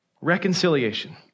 Reconciliation